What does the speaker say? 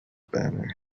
banner